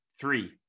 three